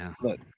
Look